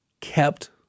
kept